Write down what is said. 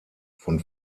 von